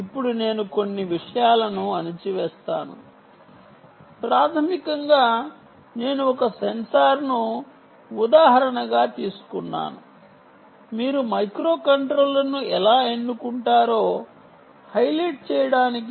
ఇప్పుడు నేను కొన్ని విషయాలను అణిచివేస్తాను ప్రాథమికంగా నేను ఒక సెన్సార్ను ఉదాహరణగా తీసుకున్నాను మీరు మైక్రోకంట్రోలర్ను ఎలా ఎన్నుకుంటారో హైలైట్ చేయడానికి